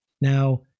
Now